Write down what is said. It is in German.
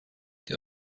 die